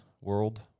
world